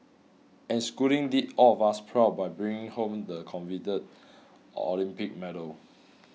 and schooling did all of us proud by bringing home the coveted Olympic medal